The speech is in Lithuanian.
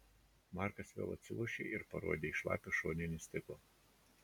markas vėl atsilošė ir parodė į šlapią šoninį stiklą